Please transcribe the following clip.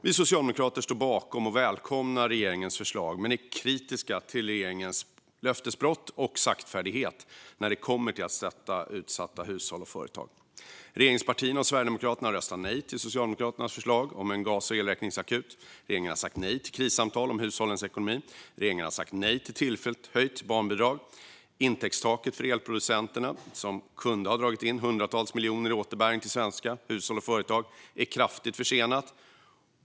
Vi socialdemokrater står bakom och välkomnar regeringens förslag men är kritiska till regeringens löftesbrott och saktfärdighet när det kommer till att stötta utsatta hushåll och företag. Regeringspartierna och Sverigedemokraterna har röstat nej till Socialdemokraternas förslag om en gas och elräkningsakut. Regeringen har sagt nej till krissamtal om hushållens ekonomi. Regeringen har sagt nej till tillfälligt höjt barnbidrag. Intäktstaket för elproducenterna, som kunde ha dragit in hundratals miljoner i återbäring till svenska hushåll och företag, är kraftigt försenat.